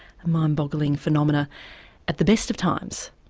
um um boggling phenomenon at the best of times.